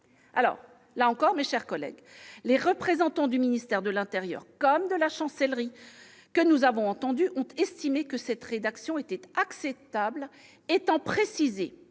d'une infraction pénale. Toutefois, les représentants du ministère de l'intérieur comme de la Chancellerie que nous avons entendus ont estimé que cette rédaction était acceptable, étant précisé